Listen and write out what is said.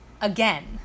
again